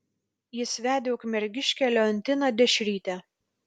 jis vedė ukmergiškę leontiną dešrytę